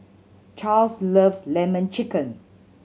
Charls loves Lemon Chicken